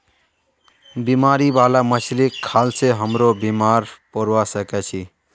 बीमारी बाला मछली खाल से हमरो बीमार पोरवा सके छि